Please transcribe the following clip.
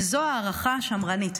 וזו הערכה שמרנית.